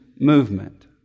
movement